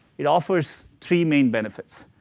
it offers three main benefits.